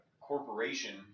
corporation